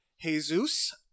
Jesus